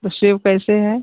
तो सेब कैसे है